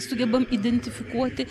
sugebam identifikuoti